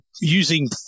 using